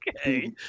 okay